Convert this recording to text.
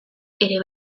ere